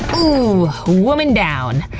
ooh! woman down!